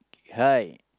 hi